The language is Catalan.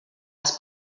els